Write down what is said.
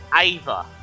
Ava